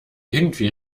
irgendwie